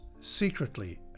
secretly